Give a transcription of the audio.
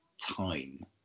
time